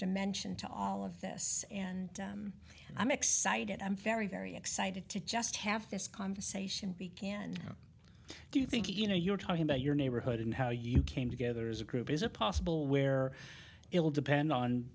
dimension to all of yes and i'm excited i'm very very excited to just have this conversation be can do you think you know you're talking about your neighborhood and how you came together as a group is a possible where it will depend on